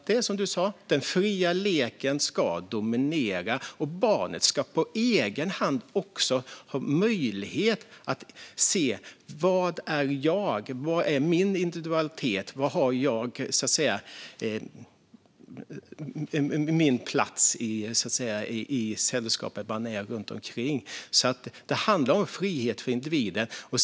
Det är som Mats Wiking sa: Den fria leken ska dominera, och barnet ska på egen hand också ha möjlighet att se sin egen individualitet och sin plats i sällskapet i relation till omgivningen. Det handlar om frihet för individen.